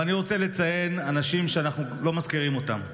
אבל אני רוצה לציין אנשים שאנחנו לא מזכירים אותם,